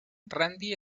randy